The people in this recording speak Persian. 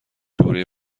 دوره